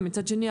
מצד שני,